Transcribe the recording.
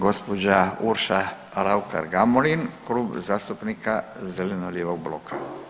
Gospođa Urša Raukar Gamulin, Klub zastupnika Zeleno-lijevog bloka.